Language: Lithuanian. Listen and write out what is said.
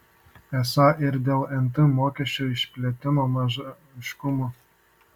esą ir dėl nt mokesčio išplėtimo maža aiškumo